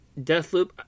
Deathloop